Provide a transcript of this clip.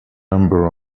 number